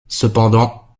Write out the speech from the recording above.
cependant